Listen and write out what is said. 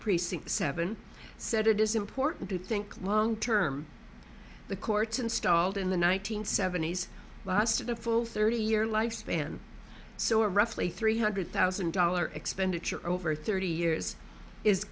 precinct seven said it is important to think long term the courts installed in the one nine hundred seventy s lasted a full thirty year lifespan so a roughly three hundred thousand dollars expenditure over thirty years is